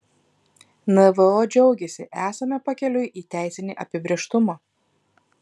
nvo džiaugiasi esame pakeliui į teisinį apibrėžtumą